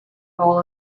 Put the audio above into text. all